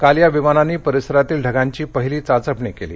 काल या विमानांनी परिसरातील ढगांची पहिली चाचपणी केली